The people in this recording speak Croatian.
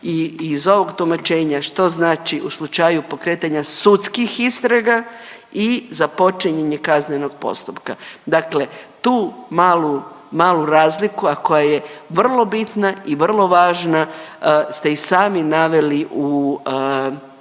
i iz ovog tumačenja što znači u slučaju pokretanja sudskih istraga i započinjanje kaznenog postupa. Dakle, tu malu, malu razliku, a koja je vrlo bitna i vrlo važna ste i sami naveli u